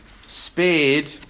spared